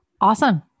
Awesome